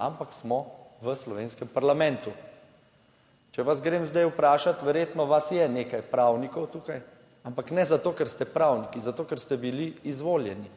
ampak smo v slovenskem parlamentu. Če vas grem zdaj vprašati, verjetno vas je nekaj pravnikov tukaj, ampak ne zato, ker ste pravniki, zato ker ste bili izvoljeni.